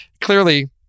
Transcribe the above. clearly